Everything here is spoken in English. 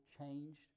changed